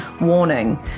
warning